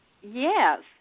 Yes